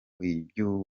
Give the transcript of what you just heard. iby’ubu